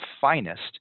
finest